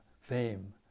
fame